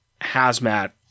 Hazmat